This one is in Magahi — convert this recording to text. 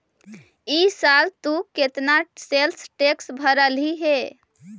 ई साल तु केतना सेल्स टैक्स भरलहिं हे